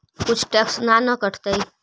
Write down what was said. कुछ टैक्स ना न कटतइ?